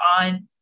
on